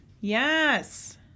Yes